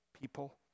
people